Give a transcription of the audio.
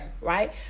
Right